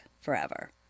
forever